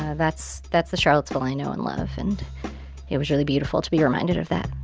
ah that's that's the charlottesville i know and love. and it was really beautiful to be reminded of that.